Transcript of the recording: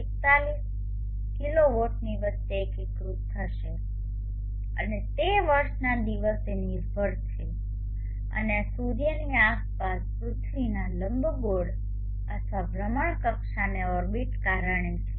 41 કિલોવોટની વચ્ચે એકીકૃત થશે અને તે વર્ષના દિવસે નિર્ભર છે અને આ સૂર્યની આસપાસ પૃથ્વીના લંબગોળ અથવા ભ્રમણકક્ષાને કારણે છે